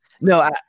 no